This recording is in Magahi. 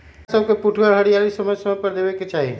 भेड़ा सभके पुठगर हरियरी समय समय पर देबेके चाहि